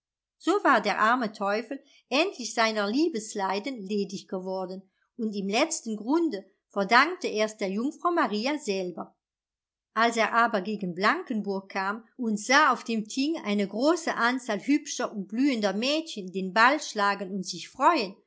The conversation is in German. so war der arme teufel endlich seiner liebesleiden ledig geworden und im letzten grunde verdankte er's der jungfrau maria selber als er aber gegen blankenburg kam und sah auf dem thing eine große anzahl hübscher und blühender mädchen den ball schlagen und sich